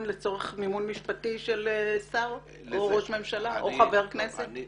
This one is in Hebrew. לצורך מימון משפטי של שר או ראש ממשלה או חבר כנסת?